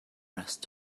rest